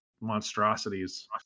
monstrosities